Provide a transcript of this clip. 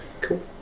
Cool